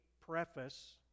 preface